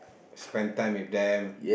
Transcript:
spend time with them